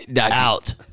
Out